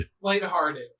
Lighthearted